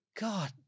God